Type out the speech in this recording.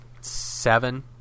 seven